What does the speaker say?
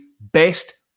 best